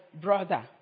brother